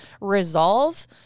resolve